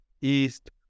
east